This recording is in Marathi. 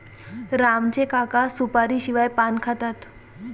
राम चे काका सुपारीशिवाय पान खातात